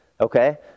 Okay